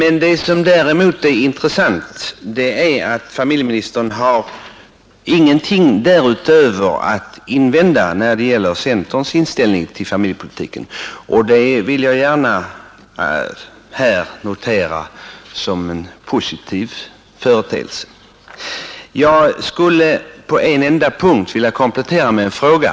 Intressant är emellertid att familjeministern inte har något att invända mot centerns inställning till familjepolitiken, och det vill jag gärna notera som en positiv företeelse. Jag skulle på en enda punkt vilja komplettera — Nr 141 med ett par frågor.